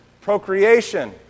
procreation